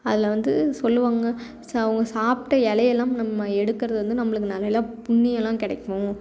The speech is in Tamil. அதில் வந்து சொல்லுவாங்க ச அவங்க சாப்பிட்ட இலை எல்லாம் நம்ம எடுக்கிறது வந்து நம்மளுக்கு புண்ணியமெலாம் கிடைக்கும்